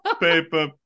paper